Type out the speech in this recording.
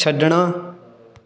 ਛੱਡਣਾ